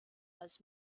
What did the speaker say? als